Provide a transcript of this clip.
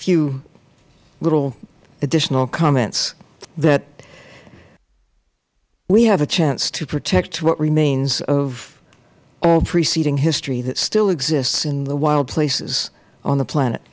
few little additional comments that we have a chance to protect what remains of all preceding history that still exists in the wild places on the planet